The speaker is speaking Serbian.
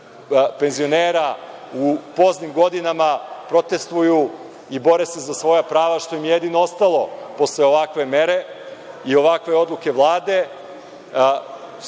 penzionera u poznim godinama protestvuju i bore se za svoja prava, što im je jedino ostalo posle ovakve mere i ovakve odluke Vlade. Po